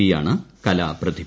V യാണ് കലാപ്രതിഭ